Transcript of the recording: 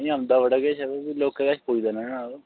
नीं औंदा बड़ा किश ऐ पर लोकें तक पुजदा नेईं नां है ओह्